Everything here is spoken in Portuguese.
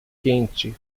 quente